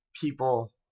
people